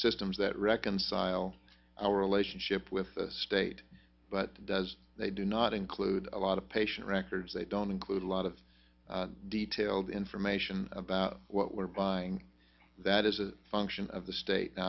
systems that reconcile our relationship with state but they do not include a lot of patient records they don't include a lot of detailed information about what we're buying that is a function of the state